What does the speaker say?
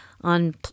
on